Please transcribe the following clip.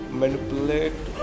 manipulate